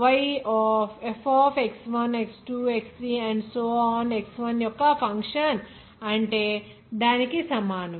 Y f X1 X2 X3 Xn యొక్క function అంటే దానికి సమానం